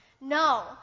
no